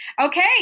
Okay